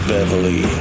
Beverly